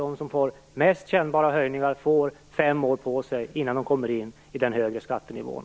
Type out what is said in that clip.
De som får mest kännbara höjningar får fem år på sig innan de kommer in i den högre skattenivån.